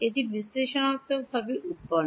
এটি বিশ্লেষণাত্মকভাবে উত্পন্ন